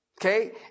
Okay